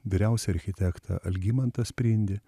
vyriausią architektą algimantą sprindį